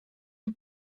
the